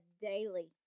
daily